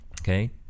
Okay